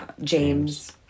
James